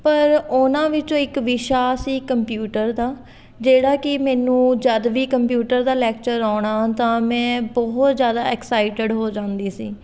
ਪਰ ਉਹਨਾਂ ਵਿੱਚੋਂ ਇੱਕ ਵਿਸ਼ਾ ਸੀ ਕੰਪਿਊਟਰ ਦਾ ਜਿਹੜਾ ਕਿ ਮੈਨੂੰ ਜਦ ਵੀ ਕੰਪਿਊਟਰ ਦਾ ਲੈਕਚਰ ਆਉਣਾ ਤਾਂ ਮੈਂ ਬਹੁਤ ਜ਼ਿਆਦਾ ਐਕਸਾਈਟਡ ਹੋ ਜਾਂਦੀ ਸੀ